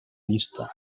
llista